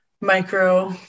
micro